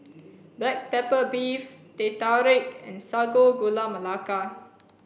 black pepper beef Teh Tarik and Sago Gula Melaka